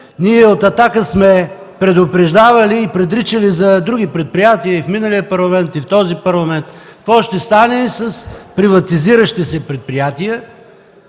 Ние от „Атака” сме предупреждавали и предричали за други предприятия – и в миналия парламент, и в този парламент – какво ще стане с приватизиращи се предприятия.